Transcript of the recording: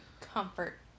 comfort